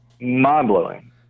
Mind-blowing